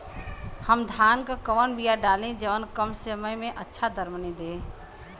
हम धान क कवन बिया डाली जवन कम समय में अच्छा दरमनी दे?